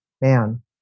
man